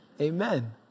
Amen